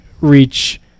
reach